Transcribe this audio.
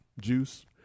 juice